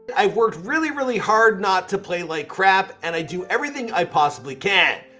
i've worked really, really hard not to play like crap and i do everything i possibly can.